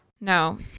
no